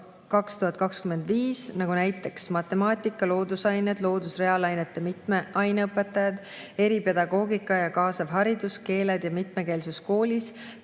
nagu näiteks matemaatika, loodusained, loodus-reaalainete mitme aine õpetajad, eripedagoogika ja kaasav haridus, keeled ja mitmekeelsus koolis,